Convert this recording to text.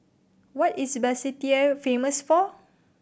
what is Basseterre famous for